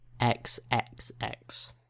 XXX